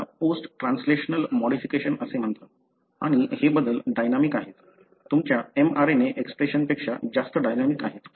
याला post translational modification असे म्हणतात आणि हे बदल डायनॅमिक आहेत तुमच्या mRNA एक्सप्रेशनपेक्षा जास्त डायनॅमिक आहेत